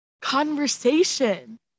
conversation